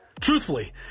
Truthfully